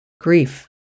grief